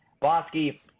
Bosky